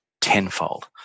tenfold